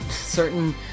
certain